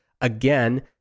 Again